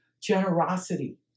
generosity